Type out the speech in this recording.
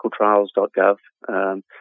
clinicaltrials.gov